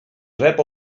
rep